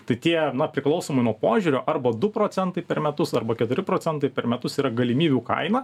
tai tie na priklausomai nuo požiūrio arba du procentai per metus arba keturi procentai per metus yra galimybių kaina